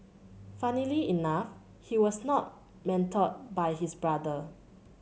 funnily enough he was not mentored by his brother